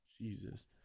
Jesus